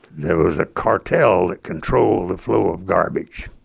there was a cartel that controlled the flow of garbage.